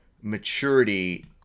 maturity